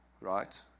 right